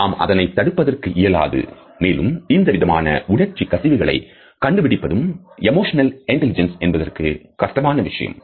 நாம் அதனை தடுப்பதற்கு இயலாது மேலும் இந்தவிதமான உணர்ச்சி கசிவுகளை கண்டுபிடிப்பதும் எமோஷனல் இன்டெலிஜென்ஸ் என்பதற்கு கஷ்டமான விஷயம்